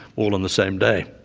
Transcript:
all on the same day.